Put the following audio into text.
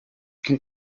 can